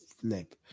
flip